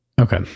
Okay